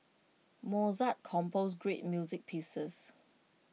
Mozart composed great music pieces